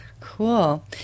Cool